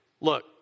look